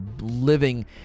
living